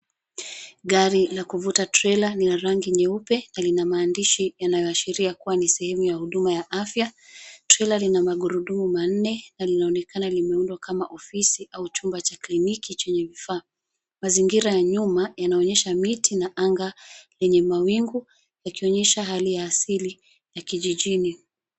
Gari la kuvuta trela lina rangi nyeupe, na lina maandishi yanayoashiria kuwa ni sehemu ya huduma ya afya. Trela lina magurudumu maane, na linaonekana limeuundwa kama ofisi au chumba cha kliniki chenye vifa. Mazingira ya nyuma, yanaonyesha miti na anga yenye mawingu, ikionyesha hali ya asili ya kijijini.